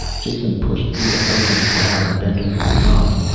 jason pushed through the hurrying crowd and bent over the drum.